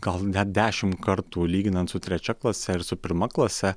gal net dešimt kartų lyginant su trečia klase ir su pirma klase